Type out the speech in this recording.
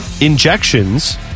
injections